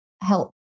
help